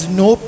no